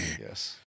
Yes